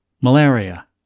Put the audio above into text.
Malaria